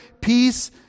peace